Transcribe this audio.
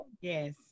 Yes